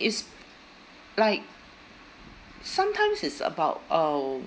is like sometimes is about um